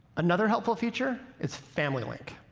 another helpful feature is family link.